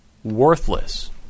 worthless